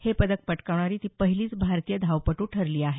हे पदक पटकावणारी ती पहिलीच भारतीय धावपटू ठरली आहे